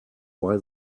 why